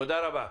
תודה רבה.